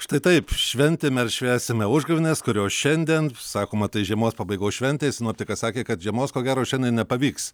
štai taip šventėme ir švęsime užgavėnes kurios šiandien sakoma tai žiemos pabaigos šventė sinoptikas sakė kad žiemos ko gero šiandien nepavyks